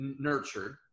nurtured